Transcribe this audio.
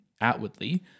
outwardly